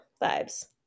vibes